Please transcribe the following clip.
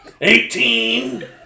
Eighteen